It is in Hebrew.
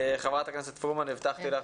חברת הכנסת פורמן, הבטחתי לך.